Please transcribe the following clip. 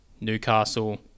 Newcastle